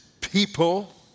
people